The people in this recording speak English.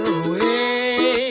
away